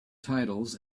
titles